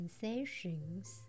sensations